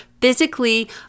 physically